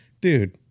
dude